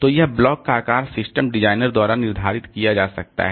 तो यह ब्लॉक का आकार सिस्टम डिजाइनर द्वारा निर्धारित किया जा सकता है